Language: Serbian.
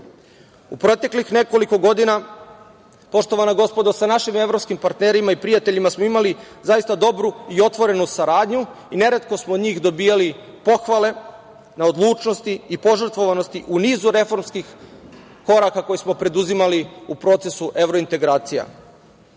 proteklih nekoliko godina, poštovana gospodo, sa našim evropskim partnerima i prijateljima smo imali zaista dobru i otvorenu saradnju i neretko smo od njih dobijali pohvale na odlučnosti i požrtvovanosti u nizu reformskih koraka koje smo preduzimali u procesu evrointegracija. Srbija